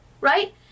right